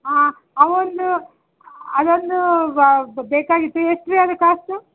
ಆಂ ಅವೊಂದು ಅದೊಂದು ಬೇಕಾಗಿತ್ತು ಎಷ್ಟು ರೀ ಅದು ಕಾಸ್ಟು